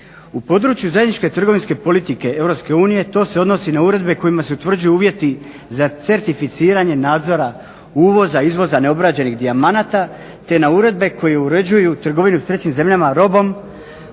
U području zajedničke trgovinske politike EU to se odnosi na uredbe kojima se utvrđuju uvjeti za certificiranje nadzora uvoza, izvoza neobrađenih dijamanata te na uredbe koje uređuju trgovinu s trećim zemljama robom